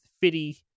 Fitty